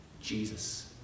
Jesus